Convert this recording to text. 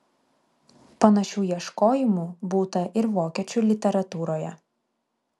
panašių ieškojimų būta ir vokiečių literatūroje